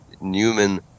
Newman